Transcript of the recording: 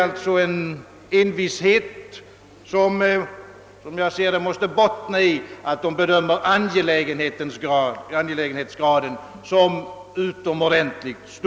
Denna envishet måste, som jag ser det, bottna i att man bedömer förslagets angelägenhetsgrad som utomordentligt hög.